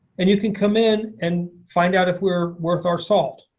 and you can come in and find out if we're worth our salt.